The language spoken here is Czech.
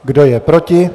Kdo je proti?